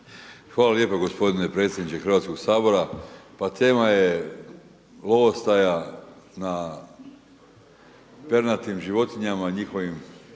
Hvala lijepo gospodine predsjedniče Hrvatskog sabora. Pa tema je lovostaja na pernatim životinjama i njihovim